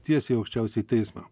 tiesiai į aukščiausiąjį teismą